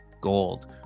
Gold